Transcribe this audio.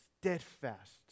steadfast